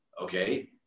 okay